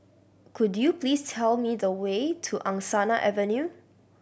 could you please tell me the way to Angsana Avenue